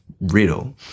riddle